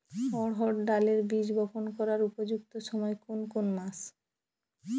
অড়হড় ডালের বীজ বপন করার উপযুক্ত সময় কোন কোন মাস?